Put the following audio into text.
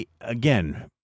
Again